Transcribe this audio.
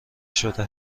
شده